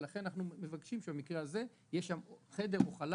ולכן אנחנו מבקשים במקרה הזה שיהיה שם חדר או חלל